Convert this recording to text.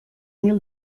mil